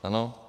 Ano?